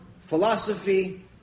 philosophy